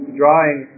drawing